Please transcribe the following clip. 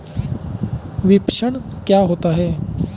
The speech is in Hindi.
विपणन क्या होता है?